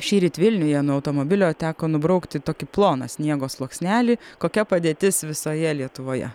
šįryt vilniuje nuo automobilio teko nubraukti tokį ploną sniego sluoksnelį kokia padėtis visoje lietuvoje